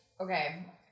okay